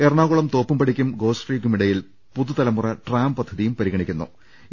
എറണാകുളം തോപ്പുംപടിക്കും ഗോശ്രീക്കുമിടയിൽ പുതുതലമുറ ട്രാം പദ്ധതിയും പരിഗണിക്കുന്നുണ്ട്